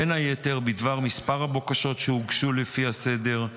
בין היתר בדבר מספר הבקשות שהוגשו לפי ההסדר,